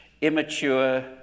immature